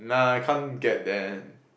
nah I can't get them